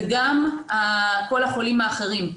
וגם כל החולים האחרים.